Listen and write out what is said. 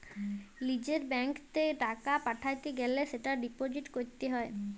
লিজের ব্যাঙ্কত এ টাকা পাঠাতে গ্যালে সেটা ডিপোজিট ক্যরত হ্য়